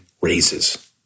raises